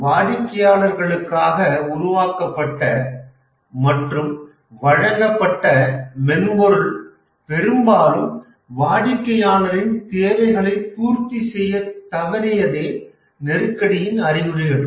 வாடிக்கையாளர்களுக்காக உருவாக்கப்பட்ட மற்றும் வழங்கப்பட்ட மென்பொருள் பெரும்பாலும் வாடிக்கையாளரின் தேவைகளைப் பூர்த்தி செய்யத் தவறியதே நெருக்கடியின் அறிகுறிகள்